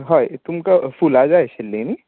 हय तुमकां फुलां जाय आशिल्ली न्ही हा